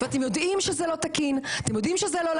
ואתם יודעים שזה לא תקין,